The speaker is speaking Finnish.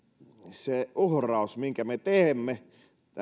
se uhraus minkä me teemme